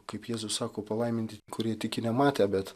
kaip jėzus sako palaiminti kurie tiki nematę bet